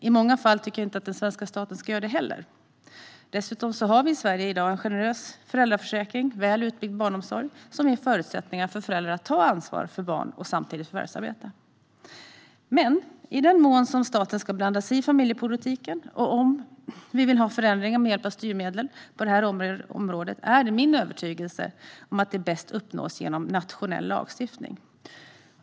I många fall tycker jag inte att den svenska staten ska göra det heller. Dessutom finns i Sverige i dag en generös föräldraförsäkring och en väl utbyggd barnomsorg, som ger förutsättningar för föräldrar att ta ansvar för barn och samtidigt förvärvsarbeta. I den mån staten ska blanda sig i familjepolitiken, och om vi vill ha förändringar med hjälp av styrmedel på området, är det min övertygelse att de bäst uppnås genom nationell lagstiftning.